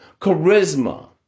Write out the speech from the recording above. Charisma